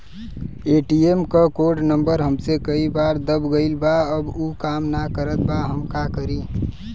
ATM क code number हमसे कई बार दब गईल बा अब उ काम ना करत बा हम का करी?